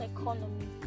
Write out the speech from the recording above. economy